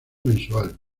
mensual